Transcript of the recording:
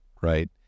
right